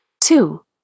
Two